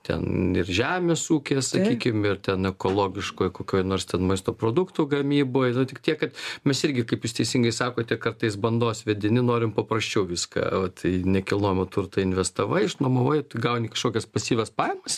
ten ir žemės ūkis sakykim ir ten ekologiškoj kokioj nors ten maisto produktų gamyboj tik tiek kad mes irgi kaip jūs teisingai sakote kartais bandos vedini norim paprasčiau viską nekilnojamą turtą investavai išnuomavai tu gauni kažkokias pasyvas pajamas